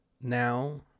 now